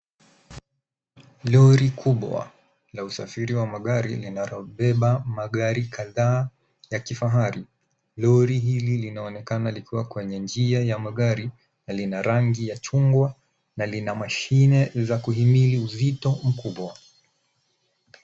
Lori kubwa la usafiri wa magari inayobeba magari kadhaa ya kifahari. Lori hili linaonekana likiwa kwenye njia ya magari na Lina rangi ya chungwa na ina mashine ya kustahimili uzito mkubwa.